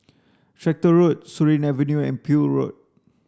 Tractor Road Surin Avenue and Peel Road